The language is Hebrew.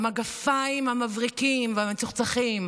המגפיים המבריקים והמצוחצחים,